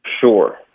Sure